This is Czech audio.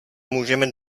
můžeme